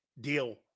deal